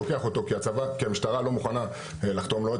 לוקח אותו כי המשטרה לא מוכנה לחתום לו.